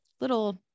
little